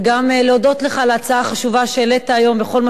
וגם להודות לך על ההצעה החשובה שהעלית היום בכל מה